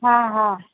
हा हा